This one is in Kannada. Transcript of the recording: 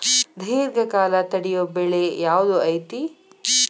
ದೇರ್ಘಕಾಲ ತಡಿಯೋ ಬೆಳೆ ಯಾವ್ದು ಐತಿ?